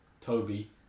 Toby